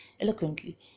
eloquently